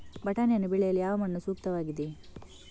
ಬಟಾಣಿಯನ್ನು ಬೆಳೆಯಲು ಯಾವ ಮಣ್ಣು ಸೂಕ್ತವಾಗಿದೆ?